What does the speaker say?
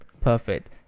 perfect